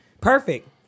Perfect